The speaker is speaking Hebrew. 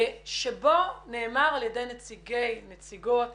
בו נאמר על ידי נציגי ונציגות